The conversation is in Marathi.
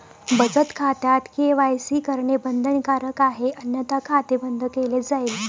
बचत खात्यात के.वाय.सी करणे बंधनकारक आहे अन्यथा खाते बंद केले जाईल